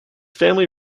family